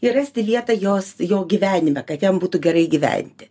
ir rasti vietą jos jo gyvenime kad jam būtų gerai gyventi